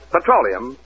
Petroleum